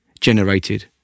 generated